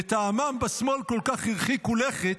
לטעמם בשמאל כל כך הרחיקו לכת,